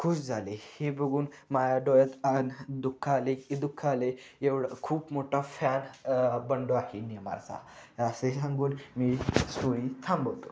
खूश झाले हे बघून माझ्या डोळ्यात आणि दुःख आले की दुःख आले एवढं खूप मोठा फॅन बंडू आहे नेमारचा असे सांगून मी स्टोरी थांबवतो